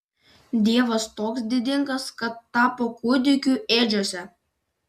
dievas toks didingas kad tapo kūdikiu ėdžiose